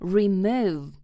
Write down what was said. remove